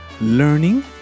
learning